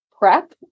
prep